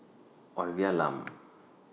Olivia Lum